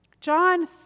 John